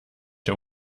der